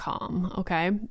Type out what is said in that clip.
Okay